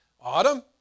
Autumn